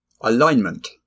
Alignment